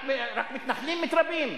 רק מתנחלים מתרבים?